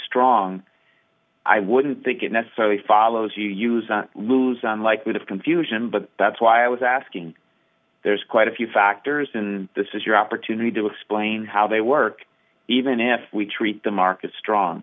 strong i wouldn't think it necessarily follows you use luzon like we have confusion but that's why i was asking there's quite a few factors and this is your opportunity to explain how they work even if we treat the market strong